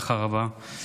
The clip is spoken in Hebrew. בהצלחה רבה.